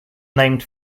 named